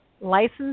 licensed